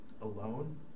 alone